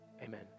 Amen